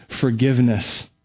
forgiveness